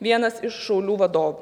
vienas iš šaulių vadov